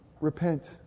Repent